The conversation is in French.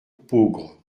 peaugres